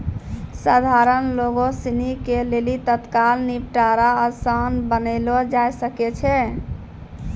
सधारण लोगो सिनी के लेली तत्काल निपटारा असान बनैलो जाय सकै छै